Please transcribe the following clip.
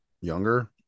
younger